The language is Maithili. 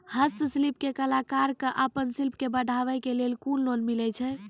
हस्तशिल्प के कलाकार कऽ आपन शिल्प के बढ़ावे के लेल कुन लोन मिलै छै?